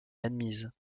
admise